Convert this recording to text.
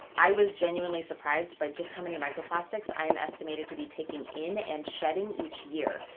i was genuinely surprised by just how many microplastics i am estimated to be taking in and shedding each year.